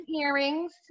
earrings